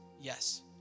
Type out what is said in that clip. yes